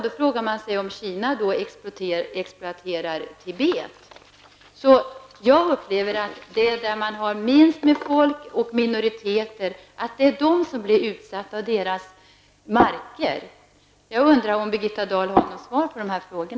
Då frågar man sig om Kina exploaterar Tibet. Jag upplever det så, att det mest är små folkgrupper som blir utsatta och får sin mark exploaterad. Jag undrar om Birgitta Dahl har något svar på dessa frågor.